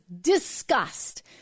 disgust